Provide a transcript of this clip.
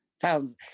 thousands